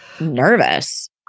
nervous